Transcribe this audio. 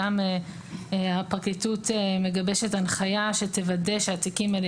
גם הפרקליטות מגבשת הנחיה שתוודא שהתיקים האלה